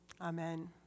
Amen